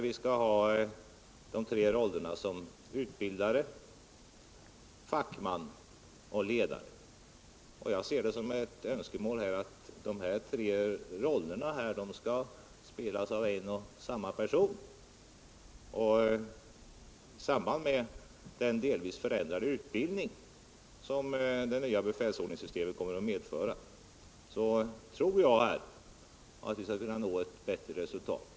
Vi skall ikläda oss rollerna av utbildare, fackman och ledare. Jag ser det som ett önskemål att dessa tre roller skall spelas av en och samma person. I samband med den delvis förändrade utbildning, som det nya befälsordningssystemet kommer att medföra, tror jag att vi skall kunna nå fram till ett bättre resultat.